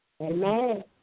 Amen